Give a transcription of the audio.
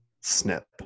Snip